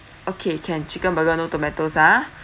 okay can chicken burger no tomatoes ah